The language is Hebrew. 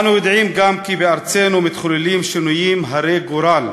אנו יודעים גם כי בארצנו מתחוללים שינויים הרי גורל: